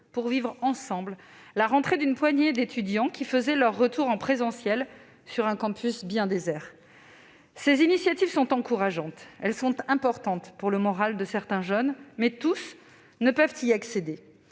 pour vivre ensemble la rentrée d'une poignée d'étudiants qui faisaient leur retour sur un campus bien désert. Ces initiatives sont encourageantes ; elles sont importantes pour le moral de certains jeunes, mais tous ne peuvent y accéder.